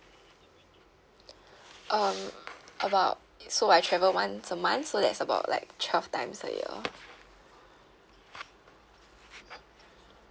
um about so I travel once a month so that's about like twelve times a year